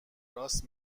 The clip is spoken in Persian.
راست